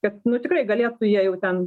kad nu tikrai galėtų jie jau ten